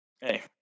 Hey